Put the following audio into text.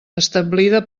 establida